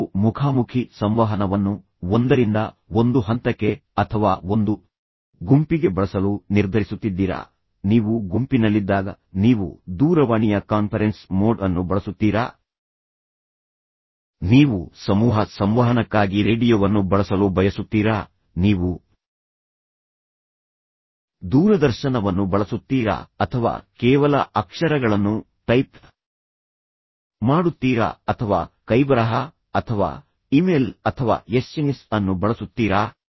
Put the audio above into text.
ನೀವು ಮುಖಾಮುಖಿ ಸಂವಹನವನ್ನು ಒಂದರಿಂದ ಒಂದು ಹಂತಕ್ಕೆ ಅಥವಾ ಒಂದು ಗುಂಪಿಗೆ ಬಳಸಲು ನಿರ್ಧರಿಸುತ್ತಿದ್ದೀರಾ ನೀವು ಗುಂಪಿನಲ್ಲಿದ್ದಾಗ ನೀವು ದೂರವಾಣಿಯ ಕಾನ್ಫರೆನ್ಸ್ ಮೋಡ್ ಅನ್ನು ಬಳಸುತ್ತೀರಾ ನೀವು ಸಮೂಹ ಸಂವಹನಕ್ಕಾಗಿ ರೇಡಿಯೊವನ್ನು ಬಳಸಲು ಬಯಸುತ್ತೀರಾ ನೀವು ದೂರದರ್ಶನವನ್ನು ಬಳಸುತ್ತೀರಾ ಅಥವಾ ಕೇವಲ ಅಕ್ಷರಗಳನ್ನು ಟೈಪ್ ಮಾಡುತ್ತೀರಾ ಅಥವಾ ಕೈಬರಹ ಅಥವಾ ಇಮೇಲ್ ಅಥವಾ ಎಸ್ಎಂಎಸ್ ಅನ್ನು ಬಳಸುತ್ತೀರಾ